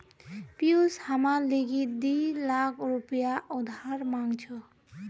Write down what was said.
पियूष हमार लीगी दी लाख रुपया उधार मांग छ